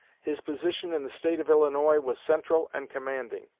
his position in the state of illinois was central and commanding.